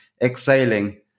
exhaling